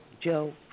Joe